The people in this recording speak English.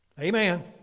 amen